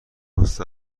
پست